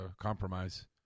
compromise